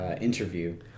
interview